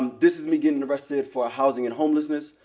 um this is me getting arrested for housing and homelessness.